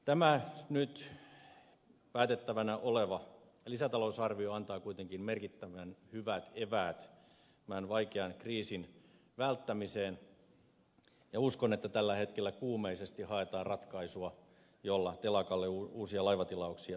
tämä nyt päätettävänä oleva lisätalousarvio antaa kuitenkin merkittävän hyvät eväät tämän vaikean kriisin välttämiseen ja uskon että tällä hetkellä kuumeisesti haetaan ratkaisua jolla telakalle uusia laivatilauksia saataisiin